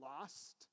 lost